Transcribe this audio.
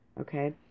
okay